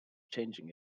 changing